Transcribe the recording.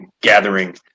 gathering